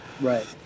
Right